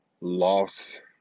lost